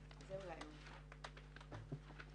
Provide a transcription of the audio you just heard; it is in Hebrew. הישיבה ננעלה בשעה